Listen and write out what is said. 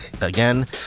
Again